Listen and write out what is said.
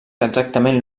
exactament